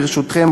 ברשותכם,